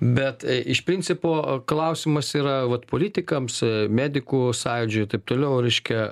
bet iš principo a klausimas yra vat politikams medikų sąjūdžiui taip toliau reiškia